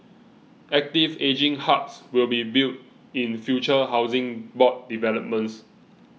active ageing hubs will be built in future Housing Board developments